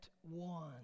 one